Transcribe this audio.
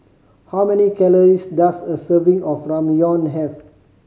how many calories does a serving of Ramyeon have